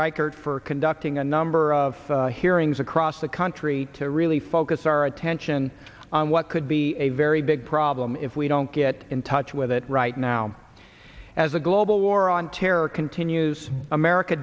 reichert for conducting a number of hearings across the country to really focus our attention on what could be a very big problem if we don't get in touch with it right now as the global war on terror continues america